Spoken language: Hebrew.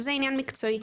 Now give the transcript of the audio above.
שזה עניין מקצועי.